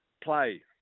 play